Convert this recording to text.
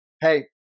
Hey